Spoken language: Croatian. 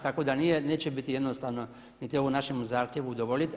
Tako da neće biti jednostavno niti ovom našem zahtjevu udovoljiti.